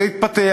זה התפתח,